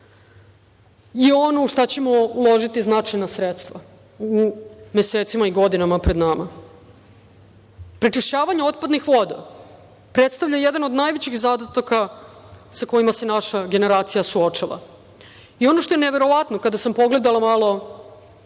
je ono u šta ćemo uložiti značajna sredstva u mesecima i godinama pred nama. Prečišćavanje otpadnih voda predstavlja jedan od najvećih zadataka sa kojima se naša generacija suočava i ono što je neverovatno, kada sam pogledala malo